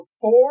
four